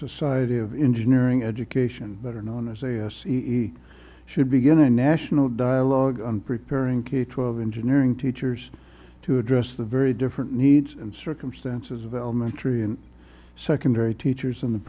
society of engine earing education better known as a c should begin a national dialogue on preparing k twelve engineering teachers to address the very different needs and circumstances of elementary and secondary teachers in the